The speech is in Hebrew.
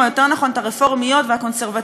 או יותר נכון את הרפורמיות והקונסרבטיביות,